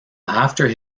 after